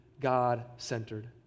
God-centered